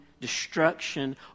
destruction